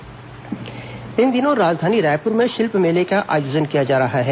शिल्प मेला इन दिनों राजधानी रायपुर में शिल्प मेले का आयोजन किया जा रहा है